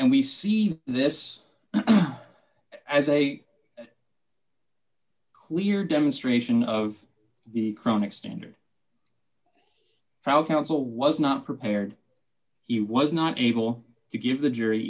and we see this as a clear demonstration of the chronic standard trial counsel was not prepared he was not able to give the jury